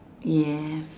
yes